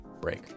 break